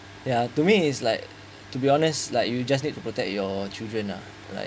ya to me is like to be honest like you just need to protect your children uh right